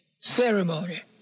ceremony